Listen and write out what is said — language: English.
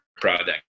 product